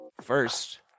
first